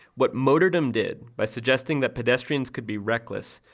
what motordom did, by suggesting that pedestrians could be reckless,